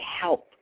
help